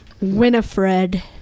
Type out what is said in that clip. Winifred